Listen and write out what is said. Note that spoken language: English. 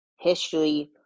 history